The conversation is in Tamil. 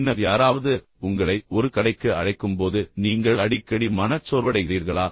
பின்னர் யாராவது உங்களை ஒரு கடைக்கு அழைக்கும்போது நீங்கள் அடிக்கடி மனச்சோர்வடைகிறீர்களா